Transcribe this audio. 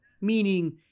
Meaning